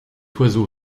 oiseau